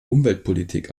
umweltpolitik